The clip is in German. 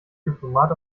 diplomat